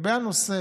השר,